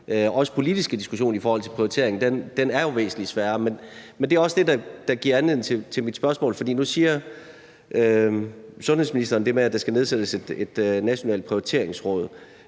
den politiske diskussion i forhold til prioriteringen jo er væsentlig sværere, men det er også det, der giver anledning til mit spørgsmål. For nu siger sundhedsministeren det med, at der skal nedsættes et nationalt prioriteringsråd,